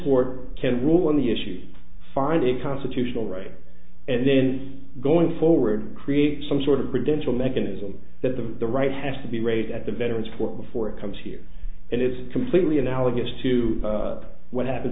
rule on the issues find it constitutional right and then going forward create some sort of credential mechanism that the the right has to be raised at the veterans for before it comes here and it's completely analogous to what happen